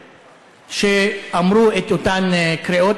שאמרו את אותן קריאות,